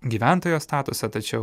gyventojo statusą tačiau